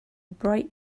bright